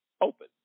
open